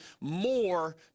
more